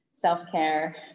self-care